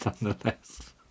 nonetheless